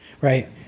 right